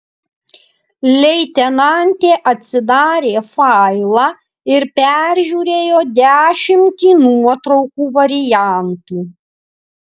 leitenantė atsidarė failą ir peržiūrėjo dešimtį nuotraukų variantų